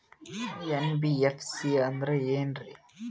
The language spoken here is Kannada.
ಎನ್.ಬಿ.ಎಫ್.ಸಿ ಅಂದ್ರ ಏನ್ರೀ?